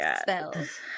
spells